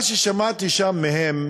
מה ששמעתי שם מהם